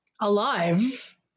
alive